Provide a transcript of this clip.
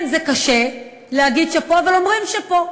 כן, זה קשה להגיד שאפו, אבל אומרים שאפו.